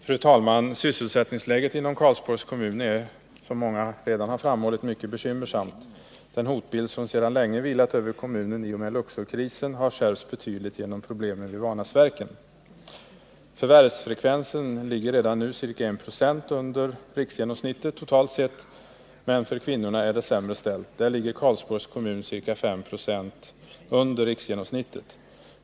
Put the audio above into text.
Fru talman! Sysselsättningsläget inom Karlsborgs kommun är. som många redan har framhållit, mycket bekymmersamt. Den hotbild som sedan länge vilat över kommunen i och med Luxorkrisen har skärpts betydligt genom problemen vid Vanäsverken. Förvärvsfrekvensen ligger redan nu ca I 96 under riksgenomsnittet totalt sett, men för kvinnorna är det sämre ställt. Därvidlag ligger Karlsborgs kommun ca 5 20 under riksgenomsnittet.